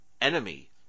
enemy